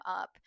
up